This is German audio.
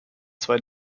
zwei